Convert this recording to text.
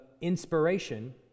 inspiration